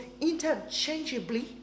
interchangeably